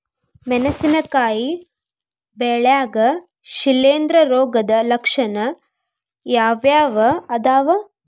ಮೆಣಸಿನಕಾಯಿ ಬೆಳ್ಯಾಗ್ ಶಿಲೇಂಧ್ರ ರೋಗದ ಲಕ್ಷಣ ಯಾವ್ಯಾವ್ ಅದಾವ್?